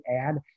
add